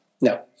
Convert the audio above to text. No